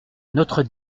notre